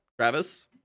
Travis